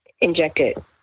injected